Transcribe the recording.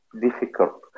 difficult